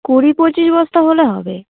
কুড়ি পঁচিশ বস্তা হলে হবে